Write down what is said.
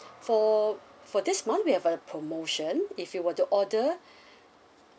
for for this month we have a promotion if you were to order